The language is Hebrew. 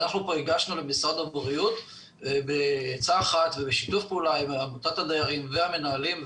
הגשנו למשרד הבריאות בעצה אחת ובשיתוף פעולה עם עמותת הדיירים והמנהלים,